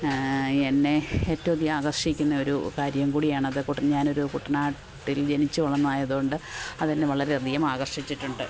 എന്നെ ഏറ്റവും അധികം ആകർഷിക്കുന്നതൊരു കാര്യം കൂടിയാണത് കുട്ട ഞാനൊരു കുട്ടനാട്ടിൽ ജനിച്ചു വളർന്നതായത് കൊണ്ട് അതെന്നെ വളരെയധികം ആകർഷിച്ചിട്ടുണ്ട്